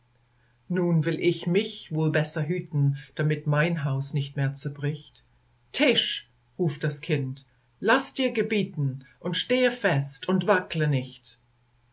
nun will ich mich wohl besser hüten damit mein haus nicht mehr zerbricht tisch ruft das kind laß dir gebieten und stehe fest und wackle nicht